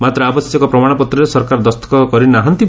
ମାତ୍ର ଆବଶ୍ୟକ ପ୍ରମାଣପତ୍ରରେ ସରକାର ଦସ୍ତଖତ କରିନାହାନ୍ତି